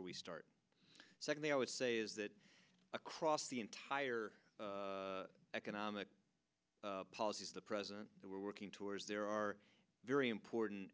where we start secondly i would say is that across the entire economic policies the president we're working towards there are very important